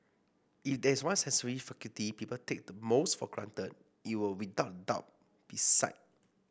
if there is one sensory faculty people take the most for granted it would without a doubt be sight